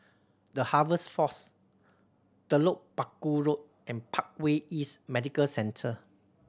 The Harvest Force Telok Paku Road and Parkway East Medical Centre